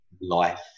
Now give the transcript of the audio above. life